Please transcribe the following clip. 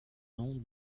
nom